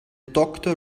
doctor